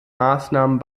maßnahmen